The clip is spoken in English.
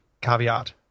caveat